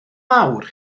mawr